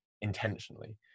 intentionally